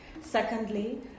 Secondly